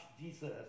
Jesus